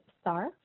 star